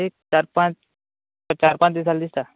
एक चार पांच चार पांच दीस जाले दिसता